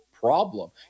problem